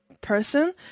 person